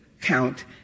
count